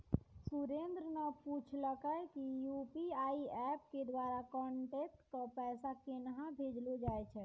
सुरेन्द्र न पूछलकै कि यू.पी.आई एप्प के द्वारा कांटैक्ट क पैसा केन्हा भेजलो जाय छै